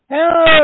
Hello